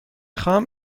خواهم